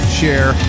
share